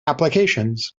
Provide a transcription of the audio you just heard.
applications